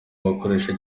bakoresha